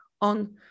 on